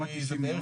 אם